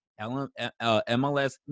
MLS